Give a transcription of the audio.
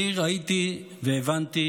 אני ראיתי והבנתי